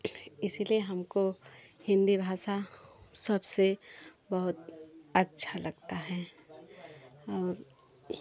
इसलिए हमको हिंदी भाषा सबसे बहुत अच्छा लगता हैं और